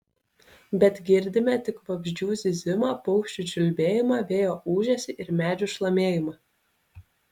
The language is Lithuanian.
bet girdime tik vabzdžių zyzimą paukščių čiulbėjimą vėjo ūžesį ir medžių šlamėjimą